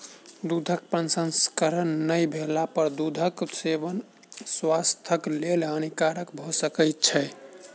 दूधक प्रसंस्करण नै भेला पर दूधक सेवन स्वास्थ्यक लेल हानिकारक भ सकै छै